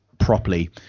properly